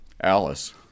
Alice